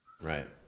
Right